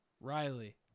Riley